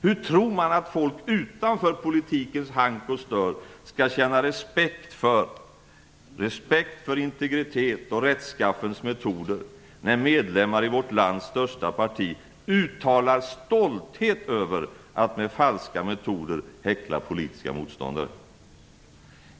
Hur tror han att folk utanför politikens hank och stör skall känna respekt för integritet och rättskaffens metoder, när medlemmar i vårt lands största parti uttalar stolthet över att man med falska metoder häcklar politiska motståndare?